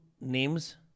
names